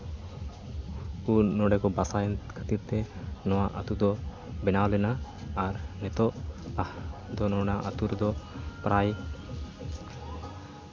ᱠᱩ ᱱᱚᱸᱰᱮ ᱠᱚ ᱵᱟᱥᱟᱭᱮᱱ ᱠᱷᱟᱹᱛᱤᱨ ᱛᱮ ᱱᱚᱣᱟ ᱟᱹᱛᱩ ᱫᱚ ᱵᱮᱱᱟᱣ ᱞᱮᱱᱟ ᱟᱨ ᱱᱤᱛᱳᱜ ᱫᱚ ᱱᱚᱣᱟ ᱟᱹᱛᱩ ᱨᱮᱫᱚ ᱯᱨᱟᱭ